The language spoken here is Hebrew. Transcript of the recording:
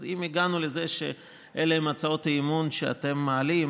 אז אם הגענו לזה שאלה הן הצעות האי-אמון שאתם מעלים,